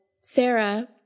Sarah